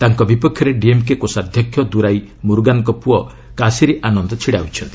ତାଙ୍କ ବିପକ୍ଷରେ ଡିଏମ୍କେ କୋଷାଧ୍ୟକ୍ଷ ଦୁରାଇ ମୁରୁଗାନ୍ଙ୍କ ପୁଅ କାଶିର ଆନନ୍ଦ ଛିଡ଼ା ହୋଇଛନ୍ତି